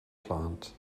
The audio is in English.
plant